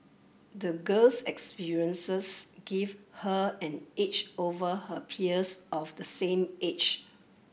the girl's experiences gave her an edge over her peers of the same age